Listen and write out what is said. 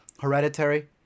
Hereditary